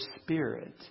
spirit